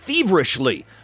feverishly